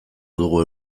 dugu